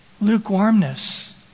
lukewarmness